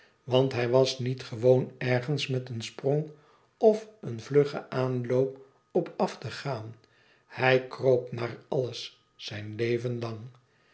want hij was niet gewoon ergens met een sprong of een vluggen aanloop op af te gaan hij kroop naar alles zijn leven umg